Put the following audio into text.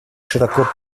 широко